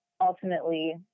ultimately